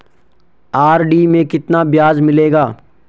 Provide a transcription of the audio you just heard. RD में कितना ब्याज मिलेगा?